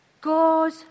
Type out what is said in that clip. God